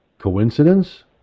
coincidence